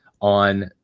on